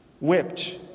whipped